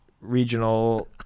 regional